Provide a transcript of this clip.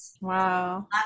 Wow